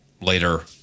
later